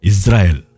Israel